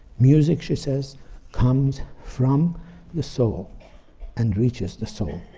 music she says comes from the soul and reaches the soul,